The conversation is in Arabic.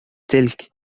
تلك